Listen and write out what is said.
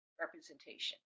representation